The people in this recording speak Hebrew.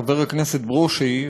חבר הכנסת ברושי,